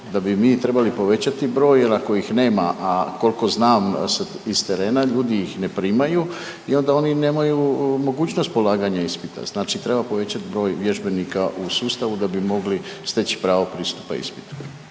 da bi mi trebali povećati broj jer ako ih nema, a koliko znam i s terena ljudi ih ne primaju i onda oni nemaju mogućnost polaganja ispita, znači treba povećat broj vježbenika u sustavu da bi mogli steći pravo pristupa ispitu.